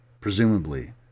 presumably